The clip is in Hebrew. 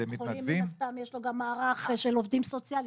לחולים מן הסתם יש גם מערך של עובדים סוציאליים.